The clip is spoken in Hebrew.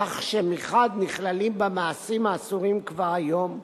כך שמחד גיסא נכללים בה מעשים האסורים כבר היום,